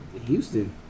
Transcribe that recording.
Houston